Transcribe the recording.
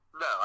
No